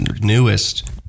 newest